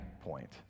point